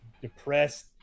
depressed